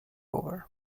over